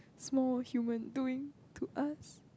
small human doing to us